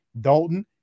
Dalton